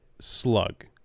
slug